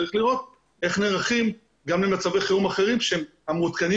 צריך לראות איך נערכים גם למצבי חירום אחרים מעודכנים